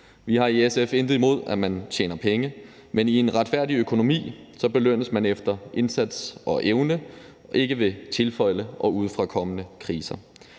Vi har i SF intet imod, at man tjener penge, men i en retfærdig økonomi belønnes man efter indsats og evne, ikke ved tilfælde og udefrakommende kriser